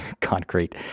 Concrete